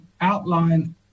outline